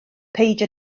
peidio